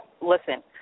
listen